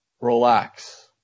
Relax